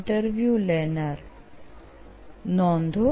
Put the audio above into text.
interview લેનાર નોંધો